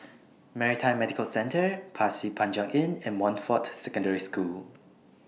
Maritime Medical Centre Pasir Panjang Inn and Montfort Secondary School